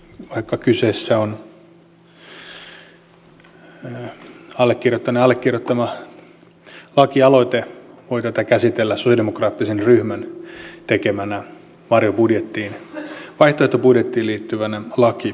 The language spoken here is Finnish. vaikka kyseessä on allekirjoittaneen allekirjoittama lakialoite voi tätä käsitellä sosialidemokraattisen ryhmän tekemänä vaihtoehtobudjettiin liittyvänä lakialoitteena